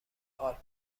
آلپ